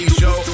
show